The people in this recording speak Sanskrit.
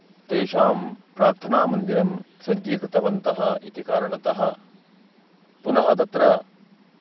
तेषां प्रार्थनामन्दिरं सज्जीकृतवन्तः इति कारणतः पुनः तत्र